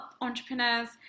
entrepreneurs